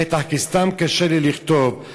בטח כי סתם קשה לי לכתוב,